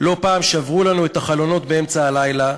"לא פעם שברו לנו את החלונות באמצע הלילה,